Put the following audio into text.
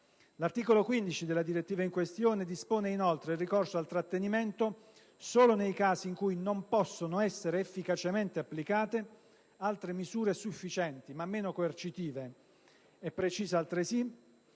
L'articolo 15 della direttiva in questione dispone inoltre il ricorso al trattenimento solo nei casi in cui non possono «essere efficacemente applicate altre misure sufficienti ma meno coercitive» e precisa altresì